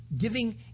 giving